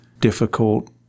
difficult